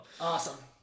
Awesome